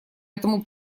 этому